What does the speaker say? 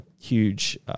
huge